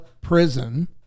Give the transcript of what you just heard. prison